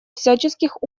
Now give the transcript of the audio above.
всяческих